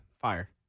Fire